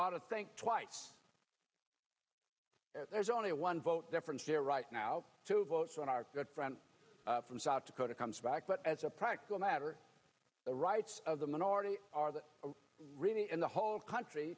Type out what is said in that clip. ought to think twice there's only one vote difference here right now two votes on our good friend from south dakota comes back but as a practical matter the rights of the minority are that really in the whole country